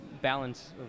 balance